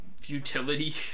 futility